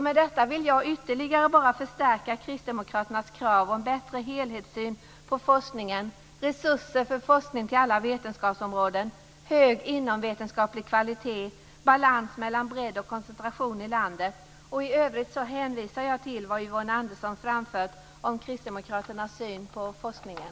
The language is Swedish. Med detta vill jag ytterligare förstärka kristdemokraternas krav om bättre helhetssyn på forskningen, resurser för forskning till alla vetenskapsområden, hög inomvetenskaplig kvalitet och balans mellan bredd och koncentration i landet. I övrigt hänvisar jag till vad Yvonne Andersson framfört om kristdemokraternas syn på forskningen.